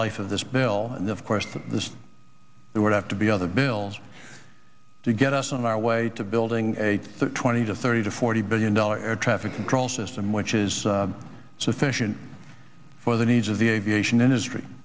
life of this bill and of course they would have to be other bills to get us on our way to building a twenty to thirty to forty billion dollar air traffic control system which is sufficient for the needs of the aviation industry